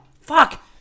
Fuck